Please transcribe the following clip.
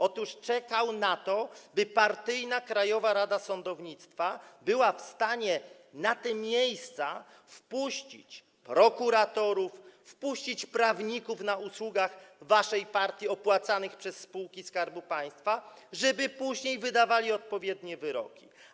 Otóż czekał na to, by partyjna Krajowa Rada Sądownictwa była w stanie na te miejsca wpuścić prokuratorów, wpuścić prawników na usługach waszej partii, opłacanych przez spółki Skarbu Państwa, żeby później wydawali odpowiednie wyroki.